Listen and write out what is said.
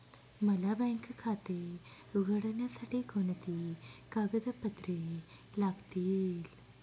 मला बँक खाते उघडण्यासाठी कोणती कागदपत्रे लागतील?